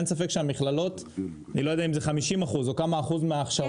אין ספק שהמכללות אני לא יודע אם זה 50% או כמה אחוז מההכשרות,